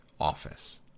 office